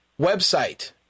website